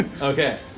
Okay